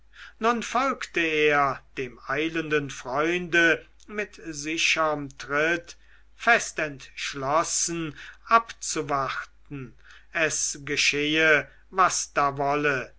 nun folgte er dem eilenden freunde mit sicherem tritt fest entschlossen abzuwarten es geschehe was da wolle